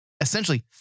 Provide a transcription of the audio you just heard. essentially